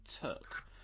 took